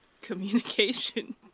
communication